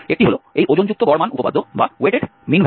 একটি হল এই ওজনযুক্ত গড় মান উপপাদ্য